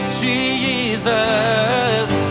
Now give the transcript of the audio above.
jesus